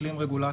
מבטלים רגולציה.